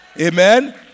Amen